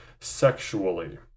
sexually